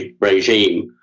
regime